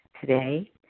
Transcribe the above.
Today